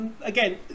again